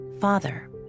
Father